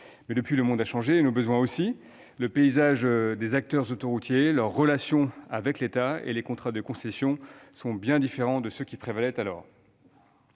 depuis, le monde a changé et nos besoins aussi. Le paysage des acteurs autoroutiers, leur relation avec l'État et les contrats de concession sont bien différents de ceux qui prévalaient alors.